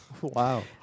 Wow